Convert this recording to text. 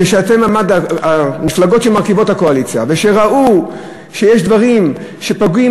כשהמפלגות של הקואליציה ראו שיש דברים שפוגעים,